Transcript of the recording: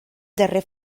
darrer